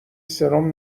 سرم